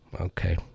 okay